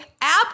app